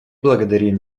благодарим